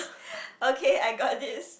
okay I got this